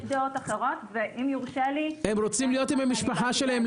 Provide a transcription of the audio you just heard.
יש דעות אחרות ואם יורשה לי --- הם רוצים להיות עם המשפחה שלהם,